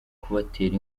kubatera